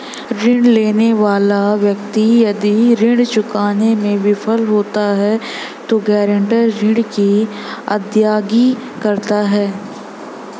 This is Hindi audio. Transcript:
ऋण लेने वाला व्यक्ति यदि ऋण चुकाने में विफल होता है तो गारंटर ऋण की अदायगी करता है